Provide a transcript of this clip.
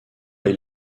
est